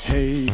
Hey